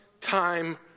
time